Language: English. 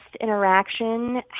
interaction